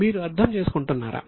మీరు అర్థం చేసుకుంటున్నారా